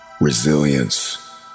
resilience